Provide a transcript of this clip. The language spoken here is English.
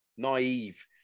naive